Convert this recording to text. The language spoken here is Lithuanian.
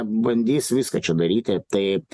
bandys viską čia daryti taip